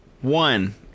one